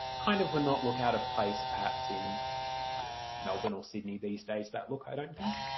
kind of would not look out of place perhaps in yeah melbourne or sydney these days, that look, i don't think.